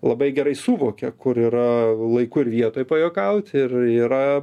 labai gerai suvokia kur yra laiku ir vietoj pajuokaut ir yra